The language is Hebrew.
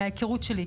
מההיכרות שלי,